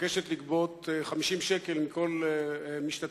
מבקשת לגבות 50 שקל מכל משתתף,